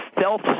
self